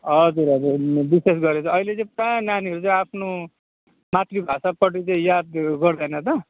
हजुर हजुर विशेष गरेर अहिले चाहिँ प्रायः नानीहरू आफ्नो मातृभाषापट्टि चाहिँ याद गर्दैन त